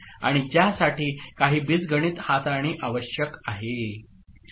आणि ज्यासाठी काही बीजगणित हाताळणी आवश्यक आहे